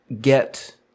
get